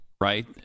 right